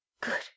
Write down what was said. Good